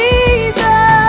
Jesus